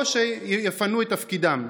או שיפנו את תפקידם,